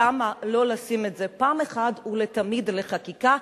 למה לא לשים את זה אחת ולתמיד בחקיקה,